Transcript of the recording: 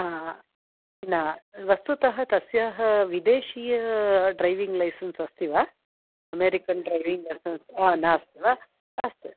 आ न वस्तुतः तस्याः विदेशीय ड्रैविङ्ग् लैसन्स् अस्ति वा अमेरिकेन् ड्रैविङ्ग् लैसन्स् आ नास्ति वा अस्तु अस्तु